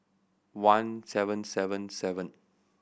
one seven seven seven